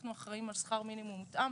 אנחנו אחראים על שכר מינימום מותאם,